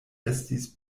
estis